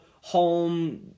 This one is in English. home